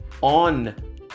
on